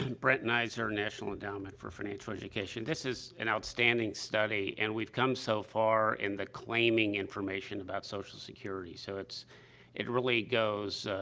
brent neiser, national endowment for financial education. this is an outstanding study, and we've come so far in the claiming information about social security. so, it's it really goes,